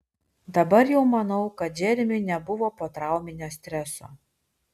dabar jau manau kad džeremiui nebuvo potrauminio streso